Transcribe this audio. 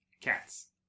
Cats